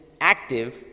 active